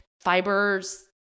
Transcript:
Fibers